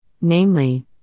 namely